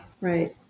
right